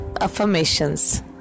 affirmations